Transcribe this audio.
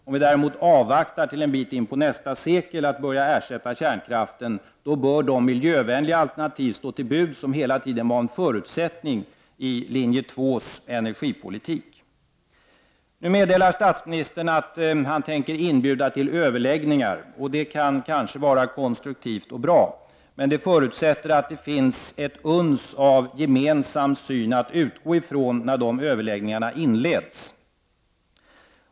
Om vi däremot avvaktar till en bra bit in på nästa sekel med att ersätta kärnkraften bör de miljövänliga alternativ stå till buds som hela tiden var en förutsättning i linje 2:s energipolitik. Nu meddelar statsministern att han tänker inbjuda till överläggningar. Det kan kanske vara konstruktivt och bra. Men det förutsätter att det finns ett uns av gemensam syn att utgå ifrån när de överläggningarna inleds.